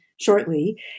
shortly